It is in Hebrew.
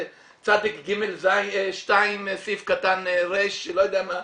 סעיף צ.ג.2(ר), לא יודע מה,